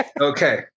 Okay